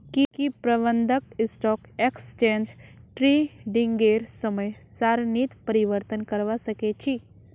की प्रबंधक stock exchange ट्रेडिंगेर समय सारणीत परिवर्तन करवा सके छी